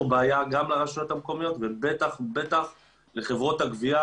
בעיה גם לרשויות המקומיות ובטח ובטח לחברות הגבייה